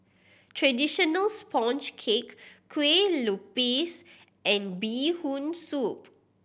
traditional sponge cake Kueh Lupis and Bee Hoon Soup